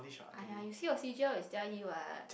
!aiya! you see your c_g_l is Jia-Yi [what]